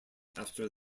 after